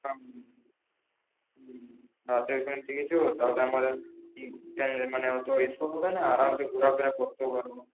হ্যাঁ হ্যাঁ রাতে ওইখানে থেকে যাবো তাহলে আমার আর মানে অতো হবে না আরাম সে ঘোরাফেরাও করতে পারব